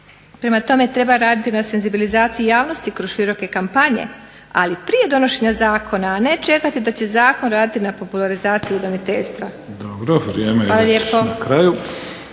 Prema tome, treba raditi na senzibilizaciji javnosti kroz široke kampanje, ali prije donošenja zakona a ne čekati da će zakon raditi na popularizaciji udmoiteljstva. **Mimica,